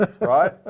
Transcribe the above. right